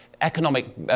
economic